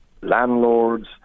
landlords